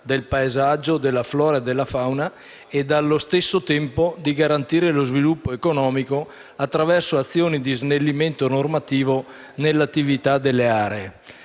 del paesaggio, della flora e della fauna e, allo stesso tempo, lo sviluppo economico attraverso azioni di snellimento normativo nell'attività delle aree;